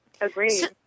Agreed